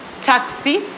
Taxi